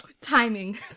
Timing